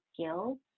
skills